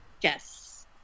Yes